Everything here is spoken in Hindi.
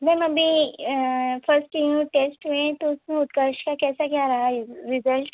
मैम अभी फ़र्स्ट टेस्ट है तो उस में उत्कर्ष का कैसा क्या रहा है रिज़ल्ट